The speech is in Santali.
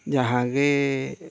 ᱡᱟᱦᱟᱸ ᱜᱮ